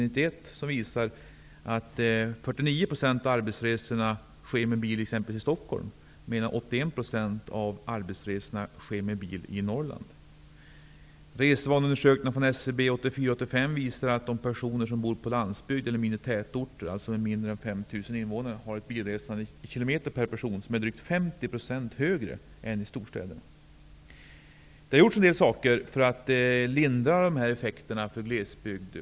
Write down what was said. Av dessa framgår att 49 % av arbetsresorna i t.ex. Stockholm sker med bil, medan 81 % av arbetsresorna i Norrland sker med bil. invånare, reser i kilometer räknat 50 % mer med bil än människor i storstäder. Det har gjorts en del för att lindra dessa effekter för glesbygden.